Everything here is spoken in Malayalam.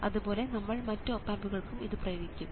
അതുപോലെ നമ്മൾ മറ്റ് ഓപ് ആമ്പുകൾക്കും ഇത് ഉപയോഗിക്കും